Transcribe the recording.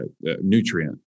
nutrient